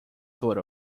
sort